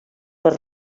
per